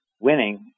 winning